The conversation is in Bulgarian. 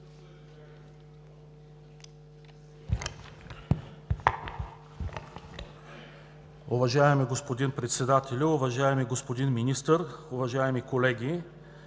Уважаеми господин Председател, уважаеми господин Министър, уважаеми колеги!